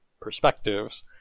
perspectives